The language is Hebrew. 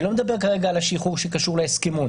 אני לא מדבר כרגע על השחרור שקשור להסכמון,